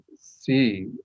see